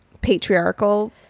patriarchal